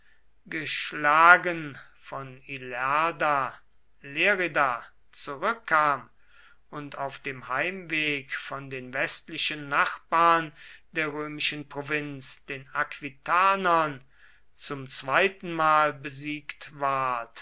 geschlagen von ilerda lerida zurückkam und auf dem heimweg von den westlichen nachbarn der römischen provinz den aquitanern zum zweitenmal besiegt ward